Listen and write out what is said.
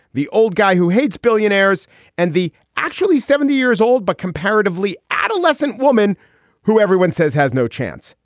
the old guy who hates billionaires and the actually seventy years old, but comparatively adolescent woman who everyone says has no chance.